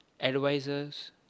Advisors